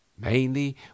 Mainly